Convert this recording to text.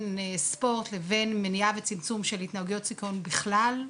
הספורט לבין מניעה וצמצום של התנהגויות סיכון בכלל,